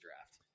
draft